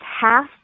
half